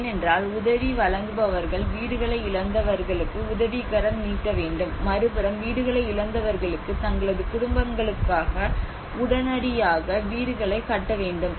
ஏனென்றால் உதவி வழங்குபவர்கள் வீடுகளை இழந்தவர்களுக்கு உதவிக்கரம் நீட்ட வேண்டும் மறுபுறம் வீடுகளை இழந்தவர்களுக்கு தங்களது குடும்பங்களுக்காக உடனடியாக வீடுகளை கட்ட வேண்டும்